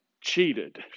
cheated